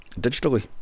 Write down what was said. digitally